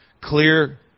clear